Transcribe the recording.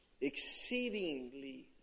exceedingly